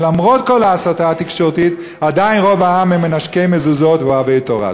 ולמרות כל ההסתה התקשורתית עדיין רוב העם הם מנשקי מזוזות ואוהבי תורה.